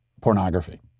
pornography